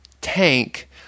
tank